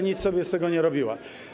nic sobie z tego nie robiła.